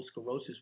Sclerosis